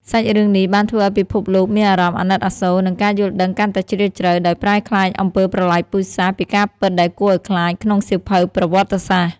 សាច់រឿងនេះបានធ្វើឲ្យពិភពលោកមានអារម្មណ៍អាណិតអាសូរ និងការយល់ដឹងកាន់តែជ្រាលជ្រៅ ដោយប្រែក្លាយអំពើប្រល័យពូជសាសន៍ពីការពិតដែលគួរឲ្យខ្លាចក្នុងសៀវភៅប្រវត្តិសាស្ត្រ។